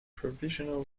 provisional